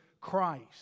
Christ